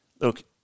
look